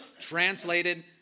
translated